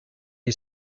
you